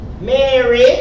Mary